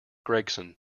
gregson